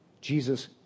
jesus